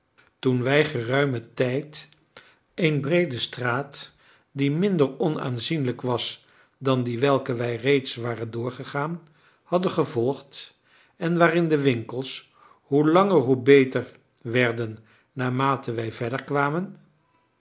toen wij geruimen tijd een breede straat die minder onaanzienlijk was dan die welke wij reeds waren doorgegaan hadden gevolgd en waarin de winkels hoe langer hoe beter werden naarmate wij verder kwamen